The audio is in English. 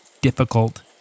difficult